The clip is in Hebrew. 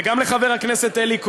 וגם לחבר הכנסת אלי כהן.